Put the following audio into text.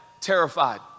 Terrified